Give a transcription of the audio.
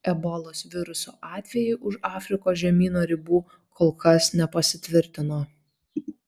ebolos viruso atvejai už afrikos žemyno ribų kol kas nepasitvirtino